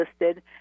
listed